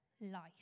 life